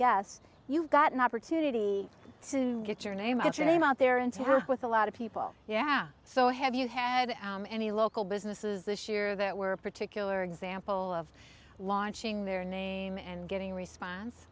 yes you've got an opportunity to get your name out your name out there and to work with a lot of people yeah so have you had any local businesses this year that were a particular example of launching their name and getting response